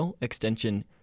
extension